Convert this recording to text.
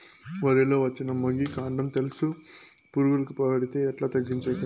వరి లో వచ్చిన మొగి, కాండం తెలుసు పురుగుకు పడితే ఎట్లా తగ్గించేకి?